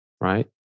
right